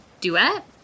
duet